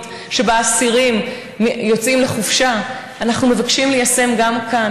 שאיתה אסירים יוצאים לחופשה אנחנו מבקשים ליישם גם כאן,